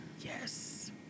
Yes